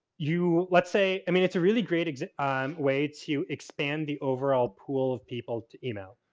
you, let's say, i mean it's a really great um way to expand the overall pool of people to email.